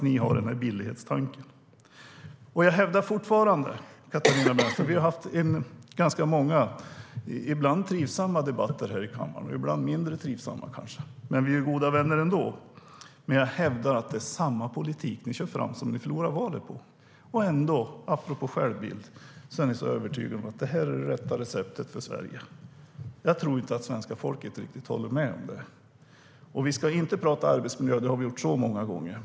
Ni har i stället billighetstanken. Vi har haft ganska många debatter här i kammaren, Katarina Brännström, ibland trivsamma, ibland kanske mindre trivsamma, men vi är goda vänner ändå. Jag hävdar dock fortfarande att ni kör fram samma politik som ni förlorade valet på. Ändå - apropå självbilden - är ni övertygade om att det är det rätta receptet för Sverige. Jag tror inte att svenska folket riktigt håller med om det. Vi ska inte prata om arbetsmiljön. Det har vi gjort så många gånger.